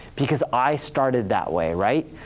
because i started that way, right?